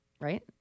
right